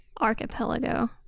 archipelago